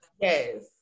yes